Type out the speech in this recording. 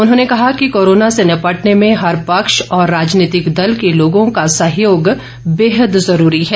उन्होंने कहा कि कोरोना से निपटने में हर पक्ष और राजनीतिक दल के लोगों का सहयोग बेहद ज़रूरी है